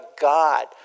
God